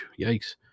Yikes